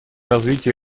развитие